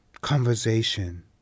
conversation